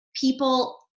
people